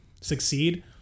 succeed